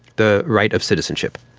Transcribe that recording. the right of citizenship.